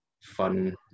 fun